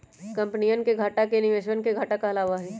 कम्पनीया के घाटा ही निवेशवन के घाटा कहलावा हई